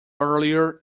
earlier